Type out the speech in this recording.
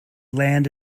land